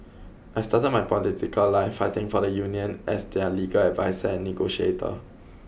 I started my political life fighting for the union as their legal adviser and negotiator